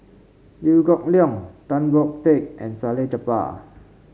Liew Geok Leong Tan Boon Teik and Salleh Japar